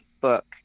book